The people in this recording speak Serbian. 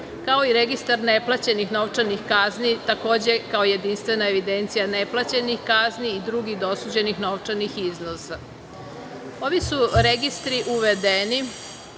kao i registar neplaćenih novčanih kazni takođe kao jedinstvena evidencija neplaćenih kazni i drugih osuđenih novčanih iznosa. Ovi su registri uvedeni